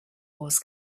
wars